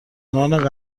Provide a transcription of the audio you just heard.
نان